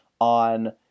on